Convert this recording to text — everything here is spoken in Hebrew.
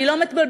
אני לא מתבלבלת.